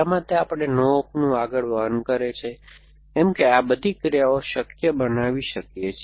શા માટે આપણે નો ઓપનું આગળ વહન કરે છે કેમકે આ બધી ક્રિયાઓ શક્ય બનાવી શકીયે છે